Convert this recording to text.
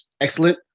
excellent